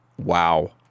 Wow